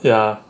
ya